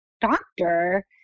doctor